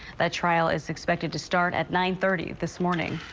that trial is expected to start at nine thirty this morning.